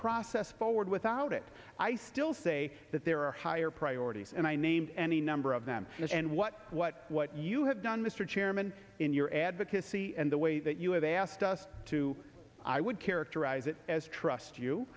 process forward without it i still say that there are higher priorities and i named any number of them and what what what you done mr chairman in your advocacy and the way that you have asked us to i would characterize that as trust you